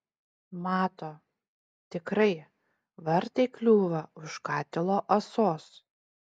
mato tikrai vartai kliūva už katilo ąsos